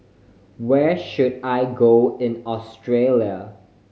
where should I go in Australia